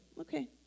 okay